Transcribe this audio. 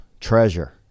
treasure